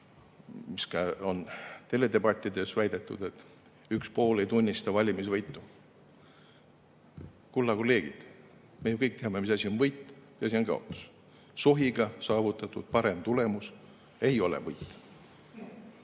mida on ka teledebattides väidetud, et üks pool ei tunnista valimisvõitu. Kulla kolleegid, me ju kõik teame, mis asi on võit ja mis asi on kaotus. Sohiga saavutatud parem tulemus ei ole võit.